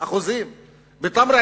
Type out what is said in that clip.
31%; בתמרה,